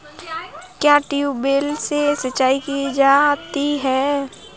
क्या ट्यूबवेल से सिंचाई की जाती है?